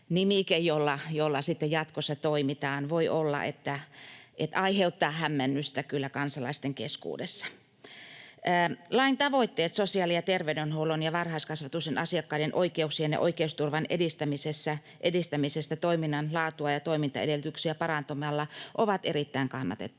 nimike, jolla sitten jatkossa toimitaan. Voi olla, että aiheuttaa hämmennystä kyllä kansalaisten keskuudessa. Lain tavoitteet sosiaali- ja terveydenhuollon ja varhaiskasvatuksen asiakkaiden oikeuksien ja oikeusturvan edistämisestä toiminnan laatua ja toimintaedellytyksiä parantamalla ovat erittäin kannatettavia.